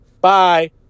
Bye